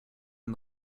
and